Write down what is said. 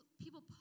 people